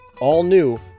all-new